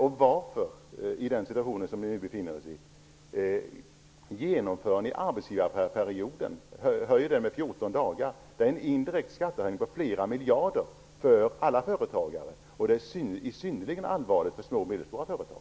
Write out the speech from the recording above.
Varför utökar ni i denna situation den tid som arbetsgivaren skall betala sjuklön med 14 dagar? Det är en indirekt skattehöjning på flera miljarder för alla företagare. Och det är synnerligen allvarligt för små och medelstora företag.